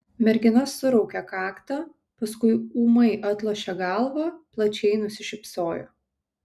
mergina suraukė kaktą paskui ūmai atlošė galvą plačiai nusišypsojo